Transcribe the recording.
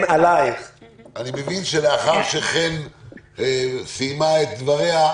אני מבין שלאחר שחן סיימה את דבריה,